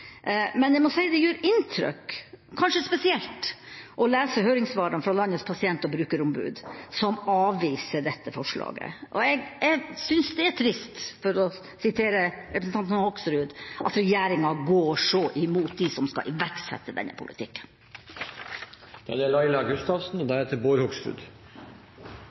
Men jeg må si det gjør kanskje spesielt inntrykk å lese høringssvarene fra landets pasient- og brukerombud, som avviser dette forslaget. Jeg synes det er «trist» – for å sitere representanten Hoksrud – at regjeringen går imot dem som skal iverksette denne politikken.